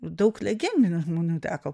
daug legendinių žmonių teko